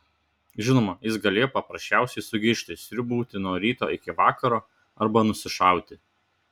žinoma jis galėjo paprasčiausiai sugižti sriūbauti nuo ryto iki vakaro arba nusišauti